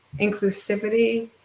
Inclusivity